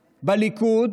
בליכוד,